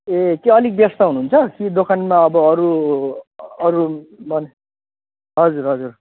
ए त्यो अलिक व्यस्त हुनुहुन्छ कि दोकानमा अब अरू अरू मान्छे हजुर हजुर